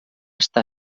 estàs